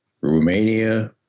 Romania